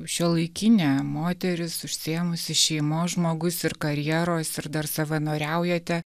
šiuolaikinė moteris užsiėmusi šeimos žmogus ir karjeros ir dar savanoriaujate